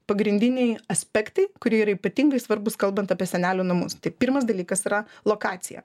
pagrindiniai aspektai kurie yra ypatingai svarbūs kalbant apie senelių namus tai pirmas dalykas yra lokacija